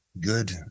good